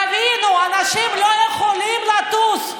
תבינו, אנשים לא יכולים לטוס.